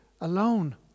alone